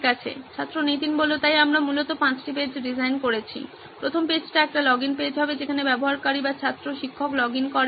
ছাত্র নীতিন তাই আমরা মূলত পাঁচটি পেজ ডিজাইন করেছি প্রথম পেজটি একটি লগইন পেজ হবে যেখানে ব্যবহারকারী ছাত্র বা শিক্ষক লগইন করেন